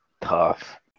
tough